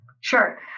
sure